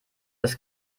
das